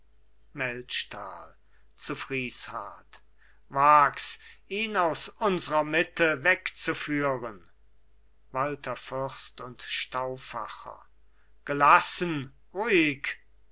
zu friesshardt wag's ihn aus unsrer mitte wegzuführen walther fürst und stauffacher gelassen ruhig